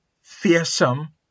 fearsome